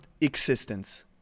existence